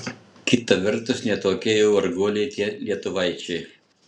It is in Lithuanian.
kita vertus ne tokie jau varguoliai tie lietuvaičiai